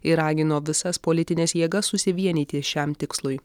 ir ragino visas politines jėgas susivienyti šiam tikslui